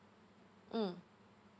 mm